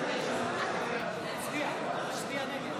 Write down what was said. קריאה: הצביע, הצביע נגד.